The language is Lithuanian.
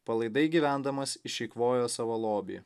palaidai gyvendamas išeikvojo savo lobį